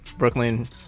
Brooklyn